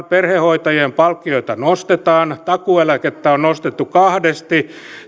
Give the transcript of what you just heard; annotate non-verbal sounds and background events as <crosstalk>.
<unintelligible> perhehoitajien palkkioita nostetaan takuueläkettä on nostettu kahdesti